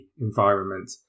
environment